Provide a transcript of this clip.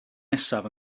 nesaf